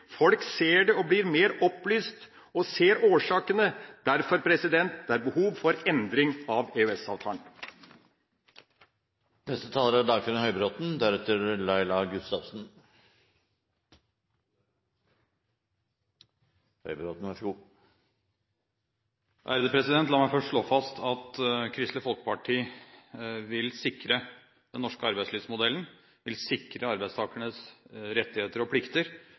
Folk ser det, blir mer opplyst og ser årsakene. Derfor er det behov for en endring av EØS-avtalen. La meg først slå fast at Kristelig Folkeparti vil sikre den norske arbeidslivsmodellen, sikre arbeidstakernes rettigheter og plikter.